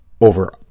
over